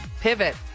pivot